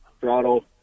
throttle